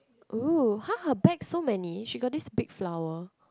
!ooh! eh her back so many she got this big flower